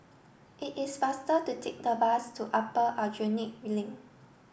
it is faster to take the bus to Upper Aljunied Link